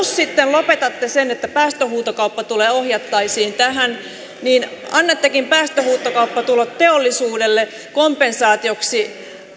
sitten lopetatte sen että päästöhuutokauppatuloja ohjattaisiin tähän niin annattekin päästöhuutokauppatulot teollisuudelle kompensaatioksi